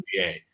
NBA